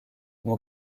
mon